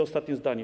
Ostatnie zdanie.